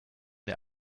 der